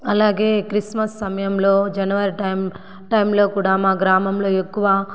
అలాగే క్రిస్మస్ సమయంలో జనవరి టైం టైంలో కూడా మా గ్రామంలో ఎక్కువ